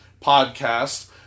podcast